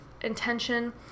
intention